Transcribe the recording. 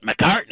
McCartney